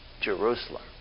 Jerusalem